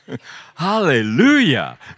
Hallelujah